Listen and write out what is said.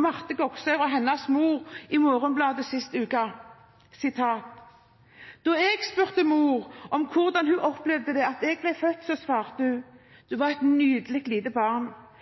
Marte Goksøyr og hennes mor i Morgenbladet sist uke: «Da jeg spurte min mor om hvordan hun opplevde det da jeg ble født, svarte hun: «Du var et nydelig lite barn.